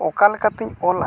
ᱚᱠᱟ ᱞᱮᱠᱟᱛᱮᱧ ᱚᱞᱟ